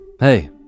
Hey